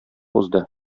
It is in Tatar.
узды